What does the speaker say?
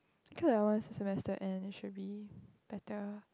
okay lah once the semester end it should be better